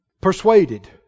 Persuaded